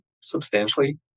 substantially